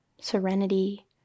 serenity